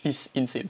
it's insane